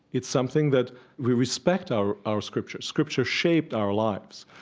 it's something that we respect our our scriptures. scriptures shaped our lives,